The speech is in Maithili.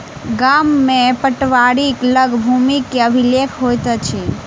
गाम में पटवारीक लग भूमि के अभिलेख होइत अछि